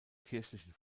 kirchlichen